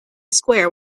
square